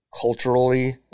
culturally